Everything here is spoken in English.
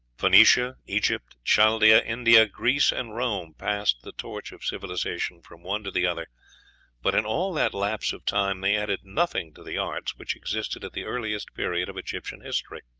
phoenicia, egypt, chaldea, india, greece, and rome passed the torch of civilization from one to the other but in all that lapse of time they added nothing to the arts which existed at the earliest period of egyptian history.